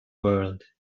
world